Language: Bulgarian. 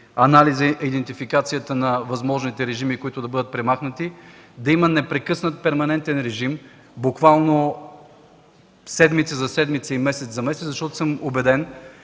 анализа и идентификацията на възможните режими, които да бъдат премахнати, да има непрекъснат, перманентен режим, буквално седмици за седмици и месец за месец, защото съм убеден,